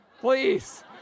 Please